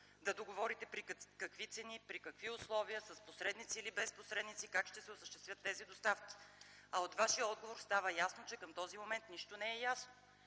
да договорите при какви цени, при какви условия, с посредници или без тях, как ще се осъществят тези доставки. От Вашия отговор става ясно, че към този момент нищо не е ясно.